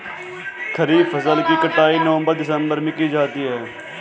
खरीफ फसल की कटाई नवंबर दिसंबर में की जाती है